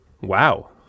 Wow